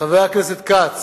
חבר הכנסת חיים כץ,